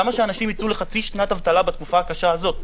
למה שאנשים יצאו לחצי שנת אבטלה בתקופה הקשה הזאת?